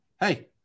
hey